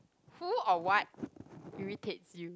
who or what irritates you